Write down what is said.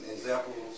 examples